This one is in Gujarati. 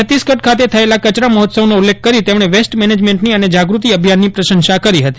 છત્તીસગઢ ખાતે થયેલા કચરા મહોત્સવનો ઉલ્લેખ કરી તેમણે વેસ્ટ મેનેજમેન્ટની અને જાગૃતિ અભિયાનની પ્રશંસા કરી હતી